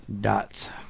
dots